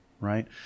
right